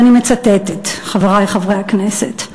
ואני מצטטת, חברי חברי הכנסת: